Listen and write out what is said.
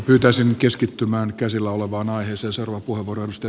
pyytäisin keskittymään käsillä olevaan aiheeseen